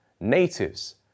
natives